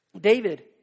David